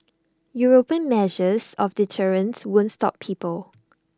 european measures of deterrence won't stop people